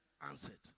answered